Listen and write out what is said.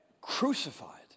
crucified